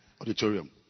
auditorium